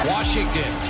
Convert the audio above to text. Washington